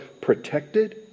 protected